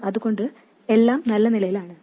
അതുകൊണ്ട് എല്ലാം നല്ല നിലയിലാണ്